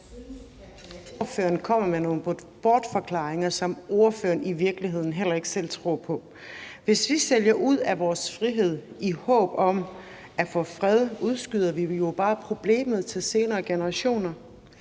ordføreren kommer med nogle bortforklaringer, som ordføreren i virkeligheden heller ikke selv tror på. Hvis vi sælger ud af vores frihed i håb om at få fred, udskyder vi jo bare problemet til senere generationer.